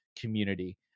community